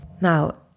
Now